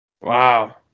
Wow